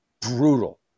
brutal